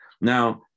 Now